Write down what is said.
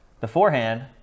beforehand